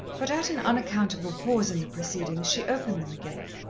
but at an unaccountable pause in the proceedings, she opened them again.